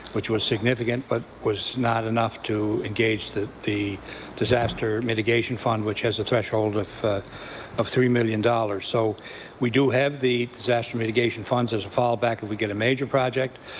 which was significant but was not enough to engage the the disaster mitigation fund which has a threshold of three million dollars. so we do have the disaster mitigation funds as a fallback if we get a major project.